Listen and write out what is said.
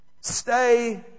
stay